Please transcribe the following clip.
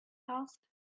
asked